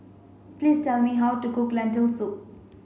please tell me how to cook Lentil soup